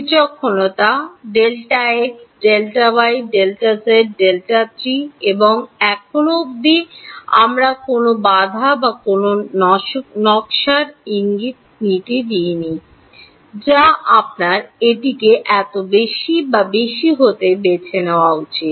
বিচক্ষণতা Δx Δy Δz Δt এবং এখনও অবধি আমরা কোনও বাধা বা কোনও নকশার নীতি দিই নি যা আপনার এটিকে এত বেশি বা বেশি হতে বেছে নেওয়া উচিত